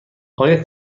آیا